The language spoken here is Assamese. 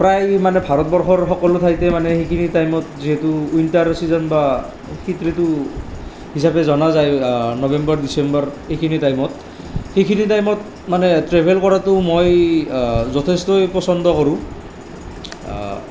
প্ৰায় মানে ভাৰতবৰ্ষৰ মানে সকলো ঠাইতে সেইখিনি টাইমত যিহেতু উইন্টাৰৰ ছিজন বা শীত ঋতু হিচাপে জনা যায় নবেম্বৰ ডিচেম্বৰ এইখিনি টাইমত এইখিনি টাইমত মানে ট্ৰেভেল কৰাতো মই যথেষ্টই পচন্দ কৰোঁ